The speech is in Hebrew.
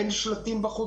אין בחוץ שלטים,